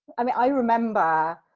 i mean, i remember,